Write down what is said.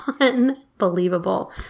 unbelievable